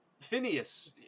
Phineas